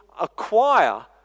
acquire